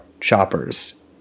shoppers